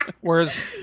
Whereas